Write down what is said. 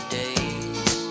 days